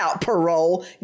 parole